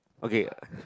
okay